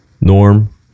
Norm